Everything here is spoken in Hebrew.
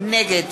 נגד